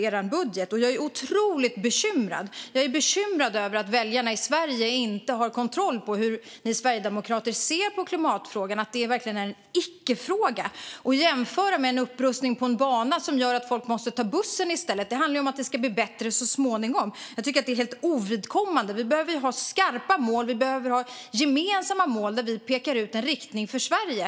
Jag är otroligt bekymrad över att väljarna i Sverige inte har kontroll på hur ni sverigedemokrater ser på klimatfrågan - att det verkligen är en icke-fråga. Det är helt ovidkommande att jämföra med en upprustning av en bana som gör att folk måste ta bussen i stället. Det handlar ju om att det ska bli bättre så småningom. Vi behöver ha skarpa, gemensamma mål och peka ut en riktning för Sverige.